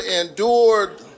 endured